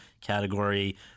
category